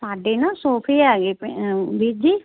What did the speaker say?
ਸਾਡੇ ਨਾ ਸੋਫੇ ਹੈਗੇ ਪਏ ਵੀਰ ਜੀ